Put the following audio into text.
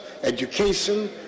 education